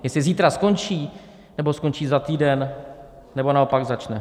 Jestli zítra skončí, nebo skončí za týden, nebo naopak začne.